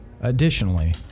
additionally